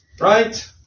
Right